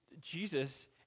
Jesus